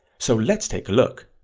so let's take a look.